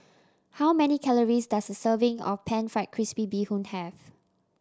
how many calories does a serving of Pan Fried Crispy Bee Hoon have